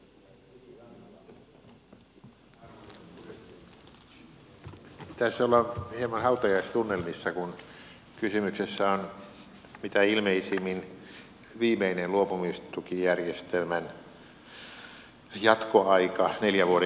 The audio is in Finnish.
tässä ollaan hieman hautajaistunnelmissa kun kysymyksessä on mitä ilmeisimmin viimeinen luopumistukijärjestelmän jatkoaika neljän vuoden jatkoaika